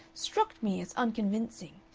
struck me as unconvincing.